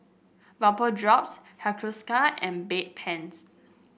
Bapodrops Hiruscar and Bedpans